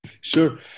sure